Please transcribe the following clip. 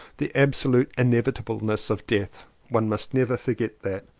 the absolute inevitableness of death one must never forget that!